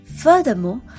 Furthermore